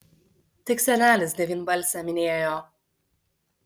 tik senelis devynbalsę minėjo